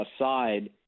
aside